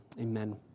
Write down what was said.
Amen